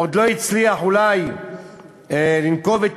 עוד לא הצליח לנקב את